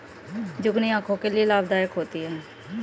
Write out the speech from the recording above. zucchini आंखों के लिए लाभदायक होती है